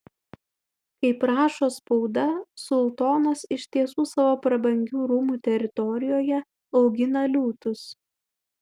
kaip rašo spauda sultonas iš tiesų savo prabangių rūmų teritorijoje augina liūtus